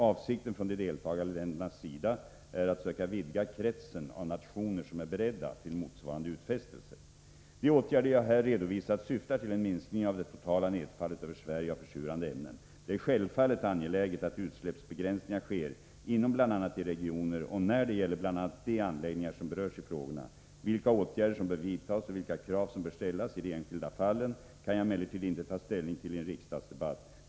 Avsikten från de deltagande ländernas sida är att söka vidga kretsen av nationer som är beredda till motsvarande utfästelser. De åtgärder jag här redovisat syftar till en minskning av det totala nedfallet över Sverige av försurande ämnen. Det är självfallet angeläget att utsläppsbegränsningar sker inom bl.a. de regioner och när det gäller bl.a. de anläggningar som berörs i frågorna. Vilka åtgärder som bör vidtas och vilka krav som bör ställas i de enskilda fallen kan jag emellertid inte ta ställning till i en riksdagsdebatt.